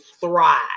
thrive